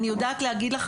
אני יודעת להגיד לך,